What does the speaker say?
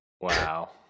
Wow